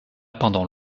pendant